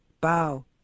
bow